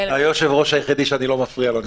אתה היושב-ראש היחידי שאני לא מפריע לו.